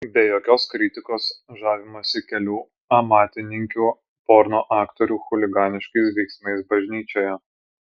be jokios kritikos žavimasi kelių amatininkių porno aktorių chuliganiškais veiksmais bažnyčioje